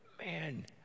man